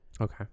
Okay